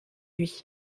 lui